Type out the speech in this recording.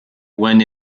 when